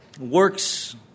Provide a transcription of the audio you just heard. works